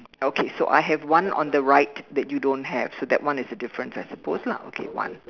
okay so I have one on the right that you don't have so that one is the difference I suppose lah okay one